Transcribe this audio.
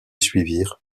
suivirent